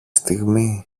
στιγμή